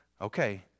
okay